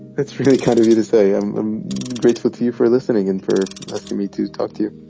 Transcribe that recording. it's really kind of you to say i'm grateful to you for listening and for asking me to talk to you.